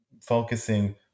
focusing